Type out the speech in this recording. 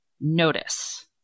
notice